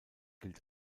gilt